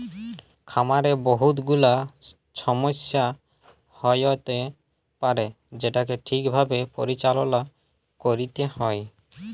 খামারে বহু গুলা ছমস্যা হ্য়য়তে পারে যেটাকে ঠিক ভাবে পরিচাললা ক্যরতে হ্যয়